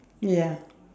ya